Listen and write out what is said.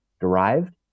derived